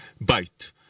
Bite